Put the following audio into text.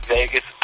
Vegas